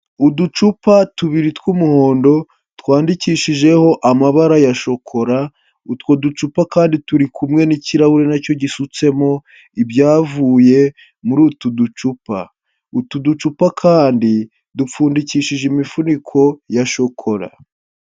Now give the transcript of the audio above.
Uducupa tubiri tw'umuhondo twandikishijeho amabara ya shokora, utwo ducupa kandi turi kumwe n'ikirahure na cyo gisutsemo ibyavuye muri utu ducupa, utu ducupa kandi dupfundikishije imifuniko ya shokora.